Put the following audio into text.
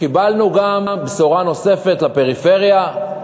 קיבלנו גם בשורה נוספת לפריפריה,